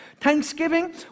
Thanksgiving